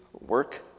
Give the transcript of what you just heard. work